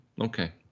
Okay